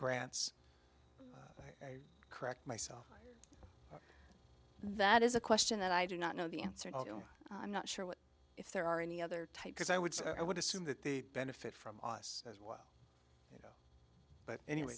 grants correct myself that is a question that i do not know the answer although i'm not sure what if there are any other type because i would say i would assume that the benefit from us as well but anyway